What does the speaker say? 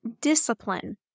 discipline